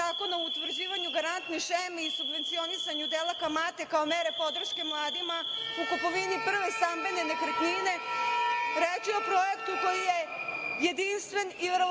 zakona o utvrđivanju garantne šeme i subvencionisanju dela kamate kao mere podrške mladima u kupovini prve stambene nekretnine, reč je o projektu koji je jedinstven i verovatno